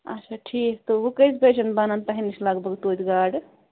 اچھا ٹھیٖک تہٕ وۄں کٔژِ بجن بنن تۄہہِ نِش لگ بگ توٚتہِ گاڈٕ